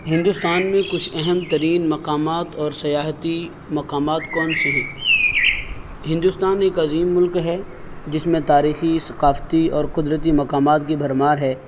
ہندوستان میں کچھ اہم ترین مقامات اور سیاحتی مقامات کون سے ہیں ہندوستان ایک عظیم ملک ہے جس میں تاریخی ثقافتی اور قدرتی مقامات کی بھرمار ہے